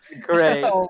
Great